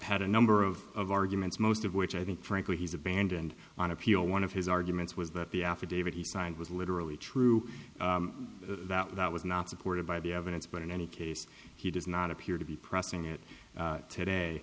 had a number of arguments most of which i think frankly he's abandoned on appeal one of his arguments was that the affidavit he signed was literally true that that was not supported by the evidence but in any case he does not appear to be pressing it today